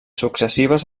successives